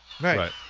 Right